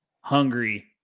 hungry